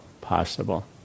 possible